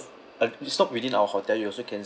uh stop within our hotel you also can